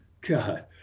God